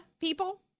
people